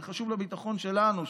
זה חשוב לביטחון שלנו,